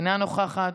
אינה נוכחת,